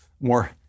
more